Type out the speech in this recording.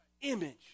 image